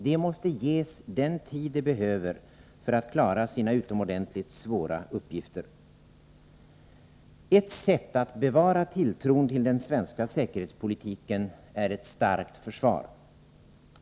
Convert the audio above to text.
De måste ges den tid de behöver för att klara sina utomordentligt svåra uppgifter. Ett sätt att bevara tilltron till den svenska säkerhetspolitiken är att ha ett starkt försvar.